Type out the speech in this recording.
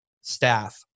staff